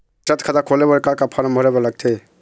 बचत खाता खोले बर का का फॉर्म भरे बार लगथे?